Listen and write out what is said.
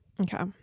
Okay